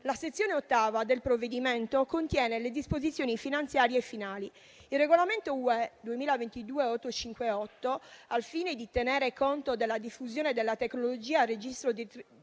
sezione del provvedimento contiene le disposizioni finanziarie e finali. Il regolamento (UE) 2022/858, al fine di tenere conto della diffusione della tecnologia a registro